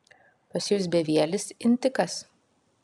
pas jus bevielis intikas